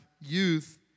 youth